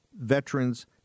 veterans